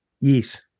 Yes